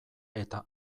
eta